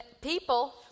people